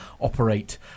operate